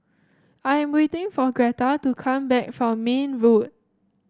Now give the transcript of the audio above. I am waiting for Greta to come back from Mayne Road